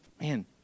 Man